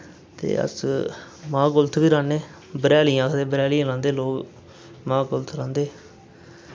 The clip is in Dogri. ते अस माह् कुल्थ बी राह्न्ने बरेली आखदे बरेली लांदे लोक माह् कुल्थ रांह्दे